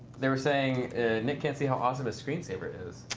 they were saying nick can't see how awesome the screensaver is.